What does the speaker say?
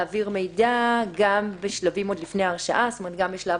להעביר מידע בשלבים עוד לפני הרשעה - גם בשלב